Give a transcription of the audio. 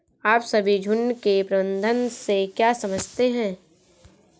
आप सभी झुंड के प्रबंधन से क्या समझते हैं?